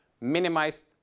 minimized